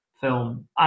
film